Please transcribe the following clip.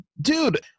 dude